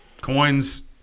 Coins